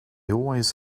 always